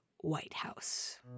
Whitehouse